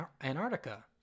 Antarctica